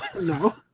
No